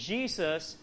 Jesus